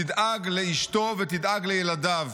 תדאג לאשתו ותדאג לילדיו.